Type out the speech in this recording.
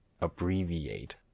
Abbreviate